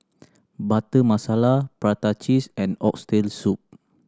Butter Masala prata cheese and Oxtail Soup